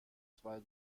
zwei